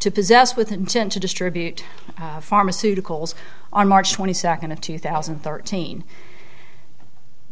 possess with intent to distribute pharmaceuticals are march twenty second of two thousand and thirteen